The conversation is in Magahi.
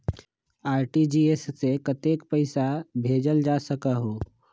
आर.टी.जी.एस से कतेक पैसा भेजल जा सकहु???